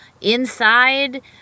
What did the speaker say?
inside